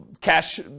cash